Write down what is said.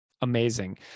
Amazing